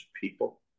people